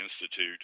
Institute